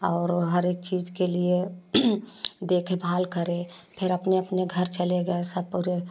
और हर एक चीज के लिए देखेभाल करे फिर अपने अपने घर चले गए सब पूरे